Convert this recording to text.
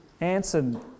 answered